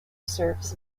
serves